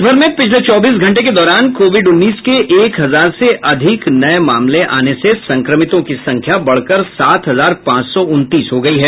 देश भर में पिछले चौबीस घंटे के दौरान कोविड उन्नीस के एक हजार से अधिक नये मामले आने से संक्रमितों की संख्या बढकर सात हजार पांच सौ उनतीस हो गई है